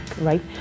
right